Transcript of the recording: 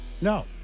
No